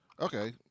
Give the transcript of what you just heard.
Okay